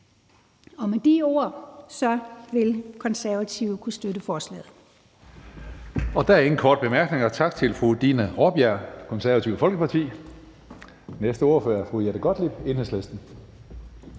Med de ord vil Konservative kunne støtte forslaget.